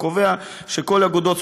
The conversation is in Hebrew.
שקובע שכל אגודות הספורט,